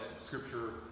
scripture